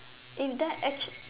if that actual~